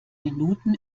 minuten